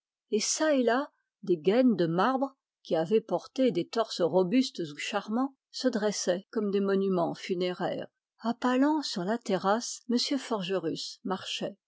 çà et là des gaines de marbre qui avaient porté des torses robustes ou charmants se dressaient comme des monuments funéraires à pas lents sur la terrasse m forgerus marchait